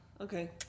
Okay